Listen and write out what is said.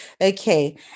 okay